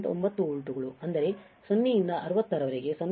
9 ವೋಲ್ಟ್ಗಳು ಅಂದರೆ 0 ರಿಂದ 60 ರವರೆಗೆ 0